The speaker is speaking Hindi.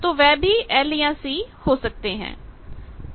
तो वह भी L या C हो सकते हैं